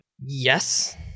Yes